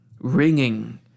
ringing